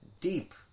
deep